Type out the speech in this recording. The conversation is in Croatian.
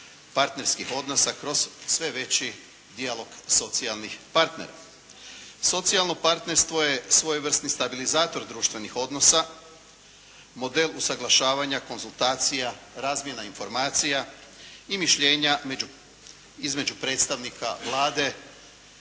partnerskih odnosa kroz sve veći dijalog socijalnih partnera. Socijalno partnerstvo je svojevrsni stabilizator društvenih odnosa, model usuglašavanja konzultacija, razmjena informacija i mišljenja između predstavnika Vlade,